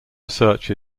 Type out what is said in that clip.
research